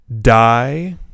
die